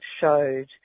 showed